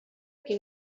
qui